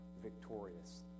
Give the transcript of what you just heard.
victorious